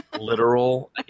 Literal